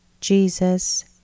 Jesus